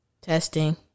Testing